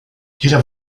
jeder